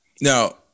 Now